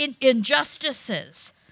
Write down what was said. injustices